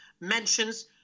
mentions